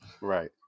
right